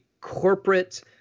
corporate